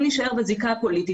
אם נישאר בזיקה הפוליטית,